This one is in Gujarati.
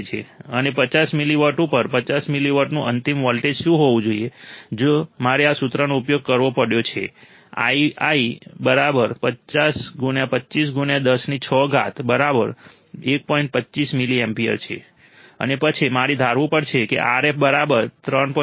અને 50 મિલીવોટ ઉપર 50 મિલીવોટનું અંતિમ વોલ્ટેજ શું હોવું જોઈએ તો મારે આ સૂત્રનો ઉપયોગ કરવો પડ્યો કે અને પછી મારે ધારવું પડશે કે Rf 3